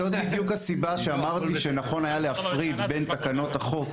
זאת בדיוק הסיבה שאמרתי שנכון היה להפריד בין תקנות החוק